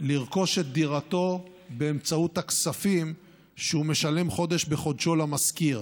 לרכוש את דירתו באמצעות הכספים שהוא משלם חודש בחודשו למשכיר,